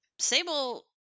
Sable